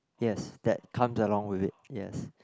yes that comes along with it yes